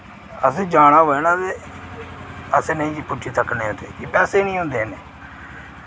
अस जाना होवै ना ते अस नेईं पुज्जी सकने उत्थै कि पैसे नि होंदे इन्ने